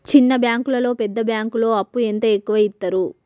చిన్న బ్యాంకులలో పెద్ద బ్యాంకులో అప్పు ఎంత ఎక్కువ యిత్తరు?